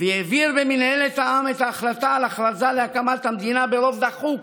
והעביר במינהלת העם את ההחלטה על הכרזה להקמת המדינה ברוב דחוק